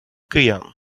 киян